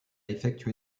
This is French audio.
effectué